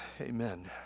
amen